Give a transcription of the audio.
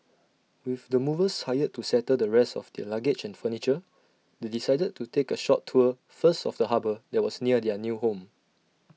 with the movers hired to settle the rest of their luggage and furniture they decided to take A short tour first of the harbour that was near their new home